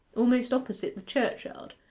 almost opposite the churchyard,